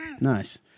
Nice